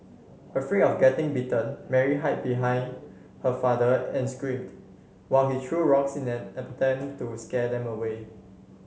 afraid of getting bitten Mary hide behind her father and screamed while he threw rocks in an attempt to scare them away